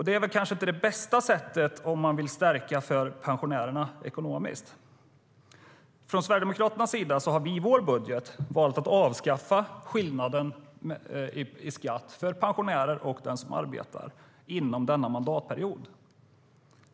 Det är väl kanske inte det bästa sättet om man vill stärka pensionärerna ekonomiskt.Från Sverigedemokraternas sida har vi i vår budget valt att avskaffa skillnaden i skatt för pensionärer och de som arbetar inom denna mandatperiod.